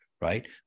right